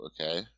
okay